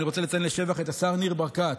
אני רוצה לציין לשבח את השר ניר ברקת,